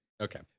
Okay